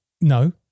No